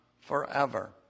forever